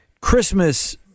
Christmas